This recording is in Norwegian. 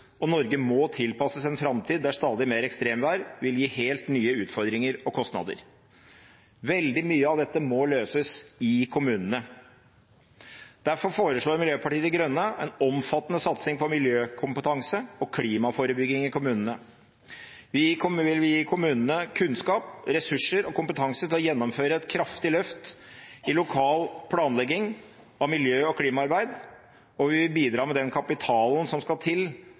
og Norge må tilpasses en framtid der stadig mer ekstremvær vil gi helt nye utfordringer og kostnader. Veldig mye av dette må løses i kommunene. Derfor foreslår Miljøpartiet De Grønne en omfattende satsing på miljøkompetanse og klimaforebygging i kommunene. Vi vil gi kommunene kunnskap, ressurser og kompetanse til å gjennomføre et kraftig løft i lokal planlegging av miljø- og klimaarbeid, og vi vil bidra med den kapitalen som skal til